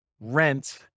rent